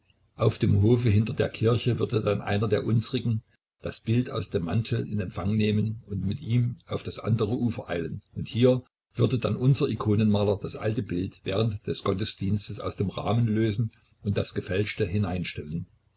auf dem hofe hinter der kirche würde dann einer der unsrigen das bild aus dem mantel in empfang nehmen und mit ihm auf das andere ufer eilen und hier würde dann unser ikonenmaler das alte bild während des gottesdienstes aus dem rahmen lösen und das gefälschte hineinstellen